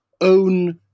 own